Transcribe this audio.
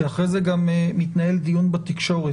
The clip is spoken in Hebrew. אחרי זה גם מתנהל דיון בתקשורת.